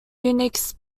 unix